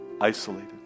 isolated